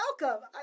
welcome